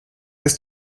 ist